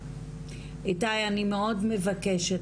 איתי אני מאוד מבקשת,